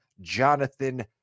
Jonathan